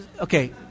okay